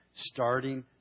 starting